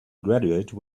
graduate